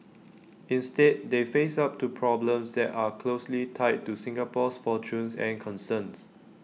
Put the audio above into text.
instead they face up to problems that are closely tied to Singapore's fortunes and concerns